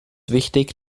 wichtig